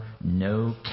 no